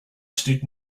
stood